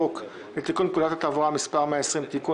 לתיקון פקודת התעבורה (מס' 120) (תיקון),